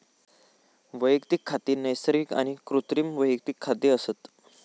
वैयक्तिक खाती नैसर्गिक आणि कृत्रिम वैयक्तिक खाती असत